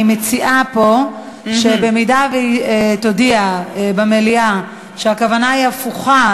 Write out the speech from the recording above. אני מציעה פה שהיא תודיע במליאה שהכוונה היא הפוכה,